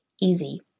easy